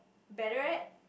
better